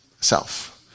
self